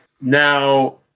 now